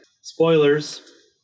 spoilers